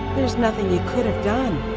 there's nothing you could have done.